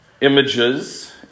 images